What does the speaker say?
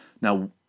Now